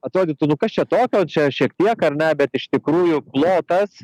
atrodytų nu kas čia tokio čia šiek tiek ar ne bet iš tikrųjų plotas